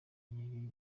nyiri